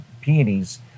peonies